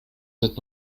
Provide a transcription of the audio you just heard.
sind